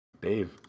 Dave